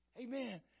Amen